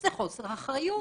זה חוסר אחריות.